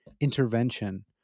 intervention